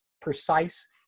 precise